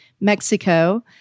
Mexico